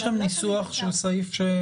יש שם ניסוח של סעיף.